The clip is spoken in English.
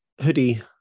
hoodie